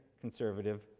conservative